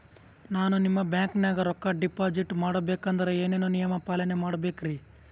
ನಾನು ನಿಮ್ಮ ಬ್ಯಾಂಕನಾಗ ರೊಕ್ಕಾ ಡಿಪಾಜಿಟ್ ಮಾಡ ಬೇಕಂದ್ರ ಏನೇನು ನಿಯಮ ಪಾಲನೇ ಮಾಡ್ಬೇಕ್ರಿ?